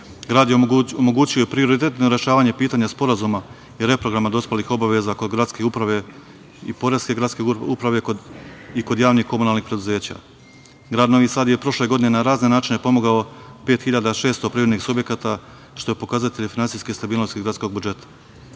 Grad je omogućio prioritetno rešavanje pitanje sporazuma i reprograma dospelih obaveza kod poreske gradske uprave i kod komunalnih preduzeća. Grad je prošle godine na razne načine pomogao 5.600 privrednih subjekata što je pokazatelj finansijske stabilnosti gradskog